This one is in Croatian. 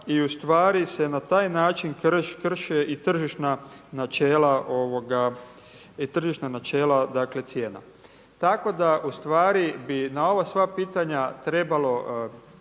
i ustvari se na taj način krše i tržišna načela cijena. Tako da bi na ova sva pitanja trebalo